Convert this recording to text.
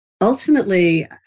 ultimately